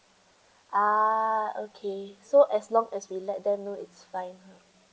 ah okay so as long as we let them know it's fine lah